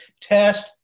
test